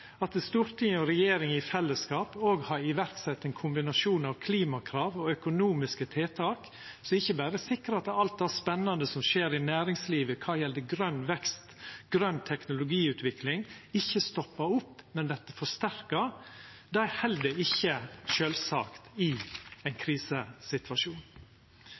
Stortinget og regjeringa i fellesskap òg sett i verk ein kombinasjon av klimakrav og økonomiske tiltak som ikkje berre sikrar at alt det spennande som skjer i næringslivet kva gjeld grøn vekst og grøn teknologiutvikling, ikkje stoppar opp, men òg at det vert forsterka. Det er heller ikkje sjølvsagt i ein krisesituasjon.